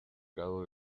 grado